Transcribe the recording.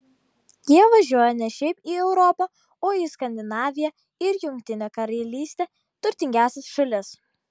jie važiuoja ne šiaip į europą o į skandinaviją ir jungtinę karalystę turtingiausias šalis